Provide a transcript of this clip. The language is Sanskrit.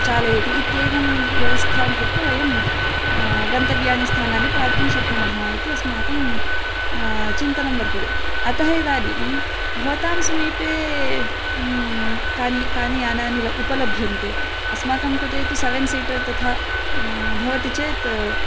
चालयति इत्येवं व्यवस्थां कृत्वा वयं गन्तव्यानि स्थानानि प्राप्तुं शक्नुमः इति अस्माकं चिन्तनं वर्तते अतः इदानीं भवतां समीपे कानि कानि यानानि लभ्यते उपलभ्यन्ते अस्माकं कृते तु सेवेन् सीटर् तथा भवति चेत्